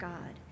God